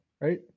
right